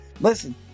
Listen